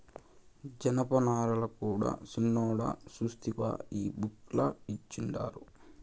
జనపనారల కూడా సిన్నోడా సూస్తివా ఈ బుక్ ల ఇచ్చిండారు